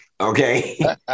okay